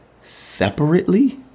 separately